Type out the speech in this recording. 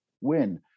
win